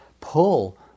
pull